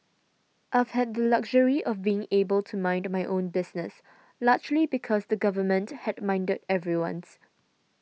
I've had the luxury of being able to mind my own business largely because the Government had minded everyone's